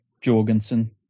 Jorgensen